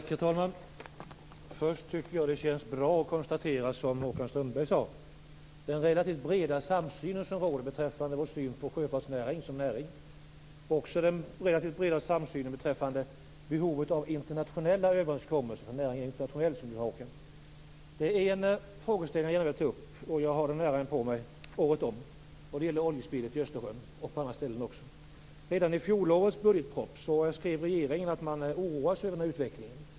Herr talman! Det känns bra att konstatera - som Håkan Strömberg sade - den relativt breda samsyn som råder beträffande vår uppfattning om sjöfartsnäringen som näring. Det gäller också den relativt breda samsynen beträffande behovet av internationella överenskommelser. Jag vill ta upp en frågeställning. Den gäller året om, nämligen oljespillet i Östersjön och på andra ställen. Redan i fjolårets budgetproposition skrev regeringen att man oroar sig över utvecklingen.